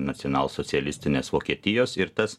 nacionalsocialistinės vokietijos ir tas